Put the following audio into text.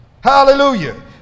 hallelujah